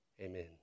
amen